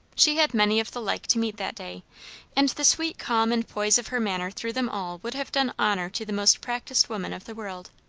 she had many of the like to meet that day and the sweet calm and poise of her manner through them all would have done honour to the most practised woman of the world.